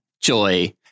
Joy